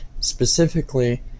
Specifically